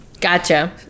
Gotcha